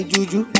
Juju